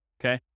Okay